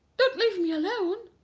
don't leave me alone.